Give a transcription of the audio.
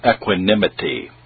equanimity